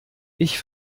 ich